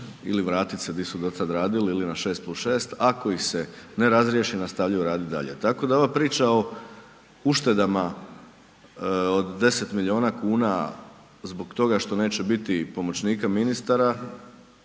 ili vratiti se di su to tad radili ili na 6+6, ako ih se ne razriješi, nastavljaju radit dalje. Tako da ova priča o uštedama od 10 milijuna kuna zbog toga što neće biti pomoćnika ministara,